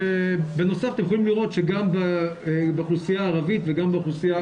ובנוסף אתם יכולים לראות שגם באוכלוסייה הערבית וגם באוכלוסייה